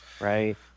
Right